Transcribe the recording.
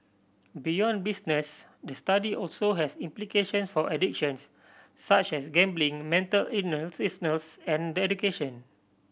beyond business the study also has implications for addictions such as gambling mental illness and education